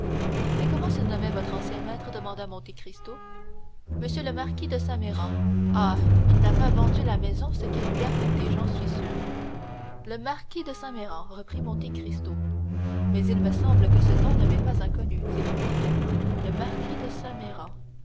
et comment se nommait votre ancien maître demanda monte cristo m le marquis de saint méran ah il n'a pas vendu la maison ce qu'elle lui a coûté j'en suis sûr le marquis de saint méran reprit monte cristo mais il me semble que ce nom ne m'est pas inconnu dit le comte le marquis de